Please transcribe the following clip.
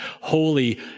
holy